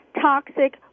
toxic